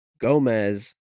Gomez